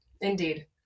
indeed